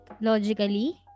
logically